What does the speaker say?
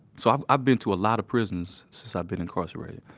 so, i've i've been to a lot of prisons since i've been incarcerated,